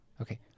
Okay